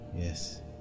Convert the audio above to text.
Yes